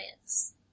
science